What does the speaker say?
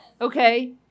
Okay